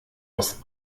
das